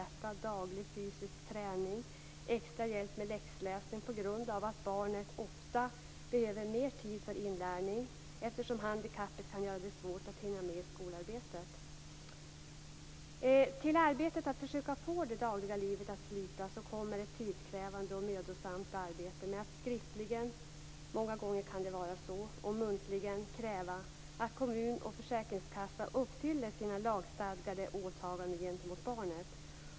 Barnet kan behöva daglig fysisk träning och extra hjälp med läxläsning på grund av att barnet ofta behöver mer tid för inlärning eftersom handikappet kan göra det svårt att hinna med skolarbetet. Till arbetet att försöka få det dagliga livet att flyta kommer ett tidskrävande och mödosamt arbete med att skriftligen - många gånger behövs det - och muntligen kräva att kommun och försäkringskassa uppfyller sina lagstadgade åtaganden gentemot barnet.